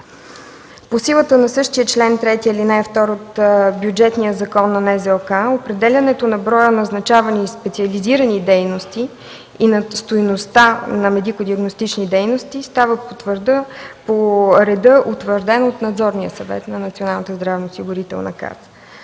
По силата на същия чл. 3, ал. 2 от Бюджетния закон на НЗОК, определянето на броя назначавани специализирани дейности и на стойността на медико-диагностични дейности става по реда, утвърден от Надзорния съвет на